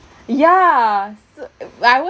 ya so I won't